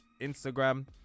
Instagram